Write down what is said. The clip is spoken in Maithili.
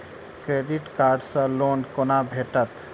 क्रेडिट कार्ड सँ लोन कोना भेटत?